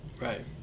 Right